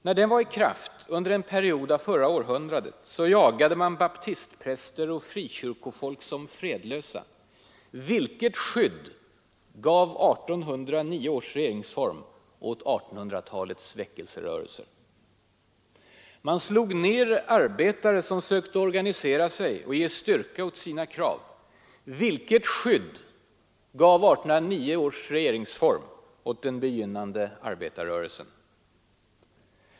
När den var i kraft under en period av förra århundradet jagade man baptistpräster och frikyrkofolk som fredlösa — vilket skydd gav 1809 års regeringsform åt 1800-talets väckelserörelser? Man slog ner arbetare som sökte organisera sig och ge styrka åt sina krav — vilket skydd gav 1809 års regeringsform åt den begynnande arbetarrörelsen?